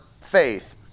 faith